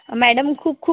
madam खूप खूप